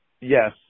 Yes